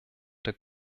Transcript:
der